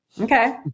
okay